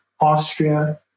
Austria